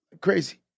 crazy